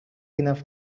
enough